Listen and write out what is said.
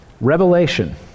Revelation